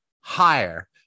higher